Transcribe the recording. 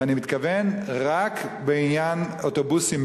ואני מתכוון רק בעניין אוטובוסים